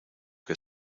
que